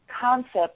concept